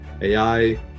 AI